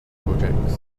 projects